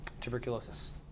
tuberculosis